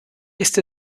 ist